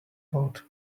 about